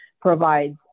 provides